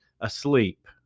asleep